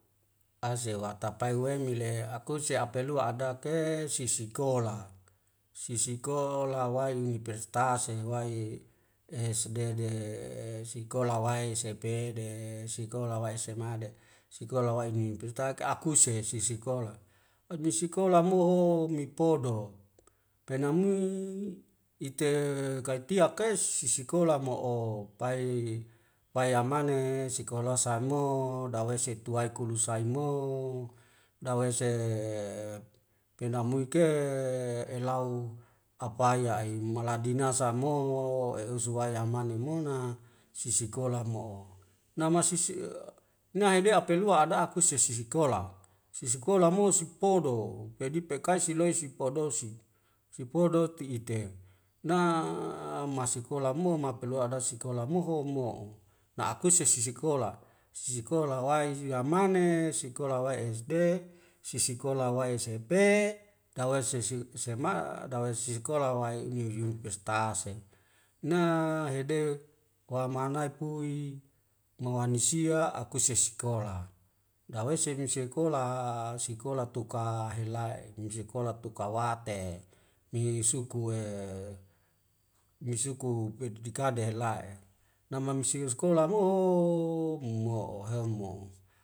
Aze watapae we mile akuse apelua adak ke sisikola sisikola waini prestase huwae esdede sikola wae sepede sikola wae semade sikola wae ninipestak ke akuse sisikola adi sikola mo ho mi podo penamui ite kai tiak kes sisikola mo'o pai paiyamane sikola sain mo dawei situwai kulu sain mo dawese e ep penamuik e elau apaya ai maladinas sa mo e uzuwae amanemona sisikola mo'o nama sisi' e nyabea apelua adak kuse si sikola sisikola mo sik podo pedi pekai siloi si podol si si podoti'ite na masikola mo mapelua adase sikola moho mo'o na'akuse sisikola sisikola wae yamane sikola wae esde sisikola wae sempe dawai sesik esema dawai sisikola wae uni yun pestase na hede wamanai pui mawanisia akuse se sikola dawei sebin sikola sikola tuka helae'e mi sikola tuka wa te ni suku e ni suku pedu dikade la'e namam sius sikola mo ooo mo'o ho mo